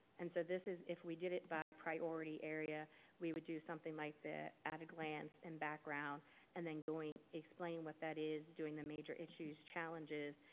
and so this is if we did it by priority area we would do something like the at-a-glance and background and then going. explain what that is, doing the major issues, challenges,